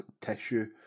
tissue